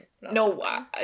No